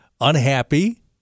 Unhappy